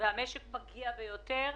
והמשק פגיע ביותר.